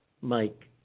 Mike